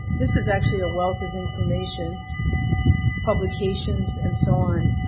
this is actually a wealth of information publications and so on.